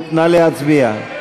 נא להצביע.